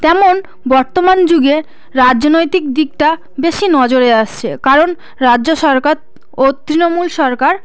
তেমন বর্তমান যুগে রাজনৈতিক দিকটা বেশি নজরে আসছে কারণ রাজ্য সরকার ও তৃণমূল সরকার